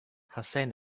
hussein